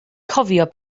cofio